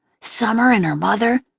summer and her mother.